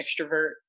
extrovert